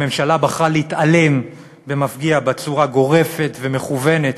הממשלה בחרה להתעלם במפגיע, בצורה גורפת ומכוונת